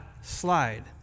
slide